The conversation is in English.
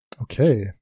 Okay